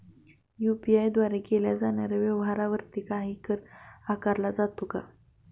UPI द्वारे केल्या जाणाऱ्या व्यवहारावरती काही कर आकारला जातो का?